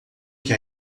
que